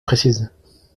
précises